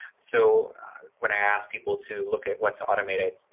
so when i ask people to look at what's automated,